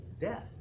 Death